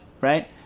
Right